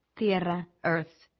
tierra. earth.